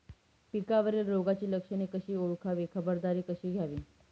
पिकावरील रोगाची लक्षणे कशी ओळखावी, खबरदारी कशी घ्यावी?